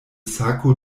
sako